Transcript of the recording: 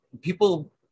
People